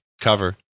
Cover